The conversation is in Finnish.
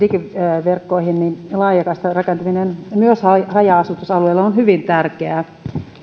digiverkkoihin niin laajakaistan rakentaminen myös haja asutusalueilla on hyvin tärkeää